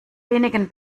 wenigen